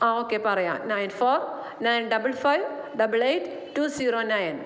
ആ ഓക്കേ പറയാം nine four nine double five double eight two zero nine